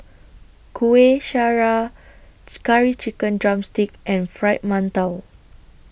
Kueh Syara Curry Chicken Drumstick and Fried mantou